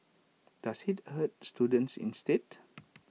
does IT hurt students instead